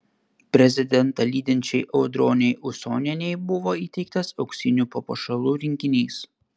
prezidentą lydinčiai audronei usonienei buvo įteiktas auksinių papuošalų rinkinys